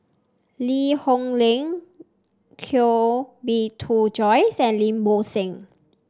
Lee Hoon Leong Koh Bee Tuan Joyce and Lim Bo Seng